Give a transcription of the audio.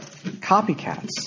copycats